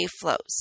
flows